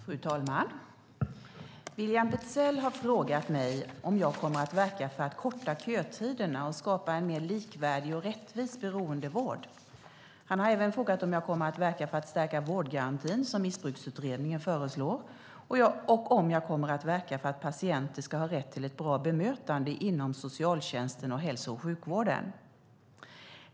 Fru talman! William Petzäll har frågat mig om jag kommer att verka för att korta kötiderna och skapa en mer likvärdig och rättvis beroendevård. Han har även frågat om jag kommer att verka för att stärka vårdgarantin som Missbruksutredningen föreslår och om jag kommer att verka för att patienter ska ha rätt till ett bra bemötande inom socialtjänsten och hälso och sjukvården.